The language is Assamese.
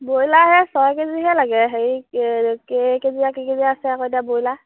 ব্ৰইলাৰহে ছয় কেজিহে লাগে হেৰি কে তেইকেজীয়া কেইকেজীয়া আছে আকৌ এতিয়া ব্ৰইলাৰ